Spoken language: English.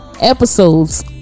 episodes